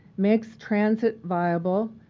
makes transit viable,